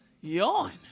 yawn